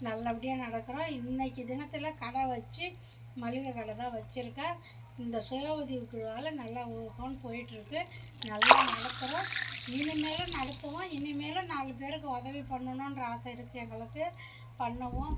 நல்லபடியாக நடக்கிறோம் இன்னைக்கி தினத்தில் கடை வெச்சு மளிகை கடை தான் வெச்சுருக்கேன் இந்த சுய உதவிக்குழுவால் நல்லா ஓஹோன்னு போய்ட்ருக்கு நல்லா நடத்துகிறோம் இனிமேலும் நடத்துவோம் இனிமேலும் நாலு பேருக்கு உதவி பண்ணணும்ன்ற ஆசை இருக்குது எங்களுக்கு பண்ணுவோம்